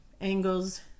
angles